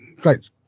great